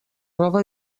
roba